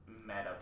meta